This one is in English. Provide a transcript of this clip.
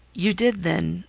you did then,